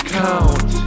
count